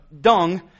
dung